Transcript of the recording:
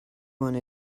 one